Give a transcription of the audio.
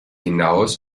hinaus